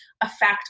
affect